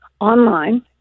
online